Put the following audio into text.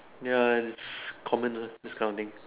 ya and it's common uh this kind of thing